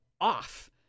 off